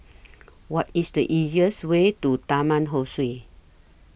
What IS The easiest Way to Taman Ho Swee